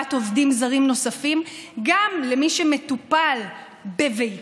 להבאת עובדים זרים נוספים, גם למי שמטופל בביתו.